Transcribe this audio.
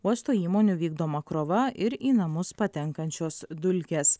uosto įmonių vykdoma krova ir į namus patenkančios dulkės